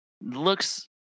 looks